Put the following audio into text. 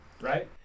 right